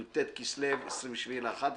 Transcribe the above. י"ט כסלו 27 לנובמבר.